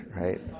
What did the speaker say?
right